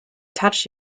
touch